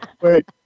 Wait